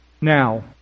Now